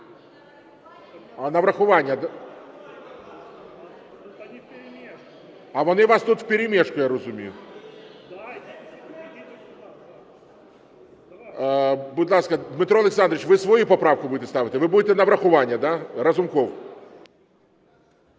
А, на врахування? А вони у вас тут в перемішку, я розумію? Будь ласка, Дмитро Олександрович, ви свою поправку будете ставити, ви буде на врахування, да? Разумков.